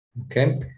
Okay